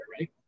right